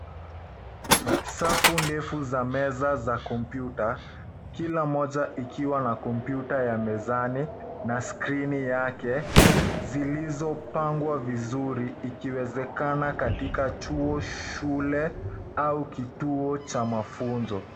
Safu ndefu za meza za kompyuta kila moja ikiwa na kompyuta ya mezani na skrini yake zilizopangwa vizuri ikiwezekana katika chuo, shule au kituo cha mafunzo.